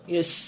Yes।